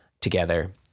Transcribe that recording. together